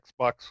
Xbox